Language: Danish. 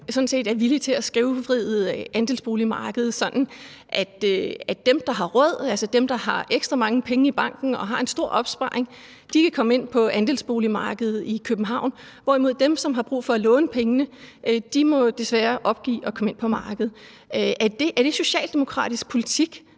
er villig til at skævvride andelsboligmarkedet, sådan at dem, der har råd – altså dem, der har ekstra mange penge i banken og har en stor opsparing – kan komme ind på andelsboligmarkedet i København, hvorimod dem, som har brug for at låne pengene, desværre må opgive at komme ind på markedet. Er det socialdemokratisk politik